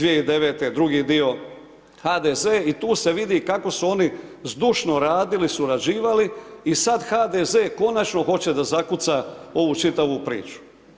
2009. drugi dio HDZ-e i tu se vidi kako su oni zdušno radili, surađivali i sada HDZ-e konačno hoće da zakuca ovu čitavu priču.